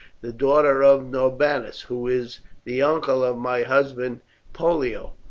the daughter of norbanus, who is the uncle of my husband pollio.